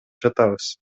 жатабыз